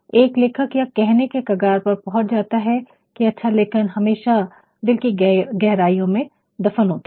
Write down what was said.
एक लेखक यह कहने के कगार पर पहुंच जाता है कि अच्छा लेखन हमेशा दिल की गहराइयों में दफन होता है